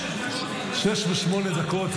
עוד שבע-שמונה דקות.